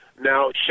Now